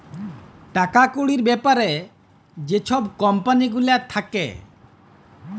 টাকা কড়ির ব্যাপারে যে ছব কম্পালি গুলা থ্যাকে